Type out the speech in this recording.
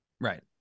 Right